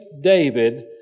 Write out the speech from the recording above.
David